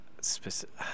specific